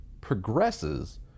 progresses